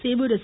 Sevur S